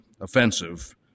offensive